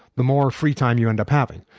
the more free time you end up having.